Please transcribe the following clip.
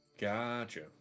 Gotcha